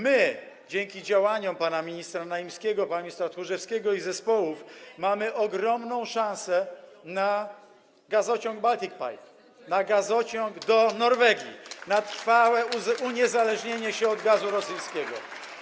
My dzięki działaniom pana ministra Naimskiego, pana ministra Tchórzewskiego i zespołów mamy ogromną szansę na gazociąg Baltic Pipe, na gazociąg do Norwegii, na trwałe uniezależnienie się od gazu rosyjskiego.